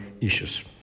issues